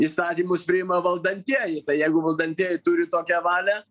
įstatymus priima valdantieji tai jeigu valdantieji turi tokią valią